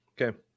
Okay